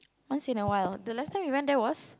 once in a while the last time we went there was